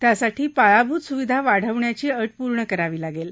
त्यासाठी पायाभूत स्विधा वाढवण्याची अट पूर्ण करावी लागेल